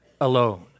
alone